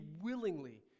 willingly